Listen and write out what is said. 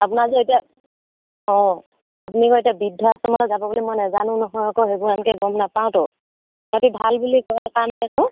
আপোনাৰ যে এতিয়া অঁ আপুনি আকৌ এতিয়া বৃদ্ধ আশ্ৰমলৈ যাব বুলি মই নাজানো নহয় আকৌ সেইবোৰ এনেকৈ গম নাপাওঁতো সিহঁতে ভাল বুলি কয় কাৰণে আকৌ